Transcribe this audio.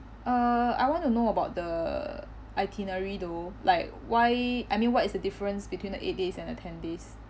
uh I want to know about the itinerary though like why I mean what is the difference between the eight days and the ten days